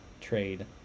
trade